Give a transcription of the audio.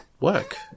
work